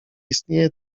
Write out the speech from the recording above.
istnieje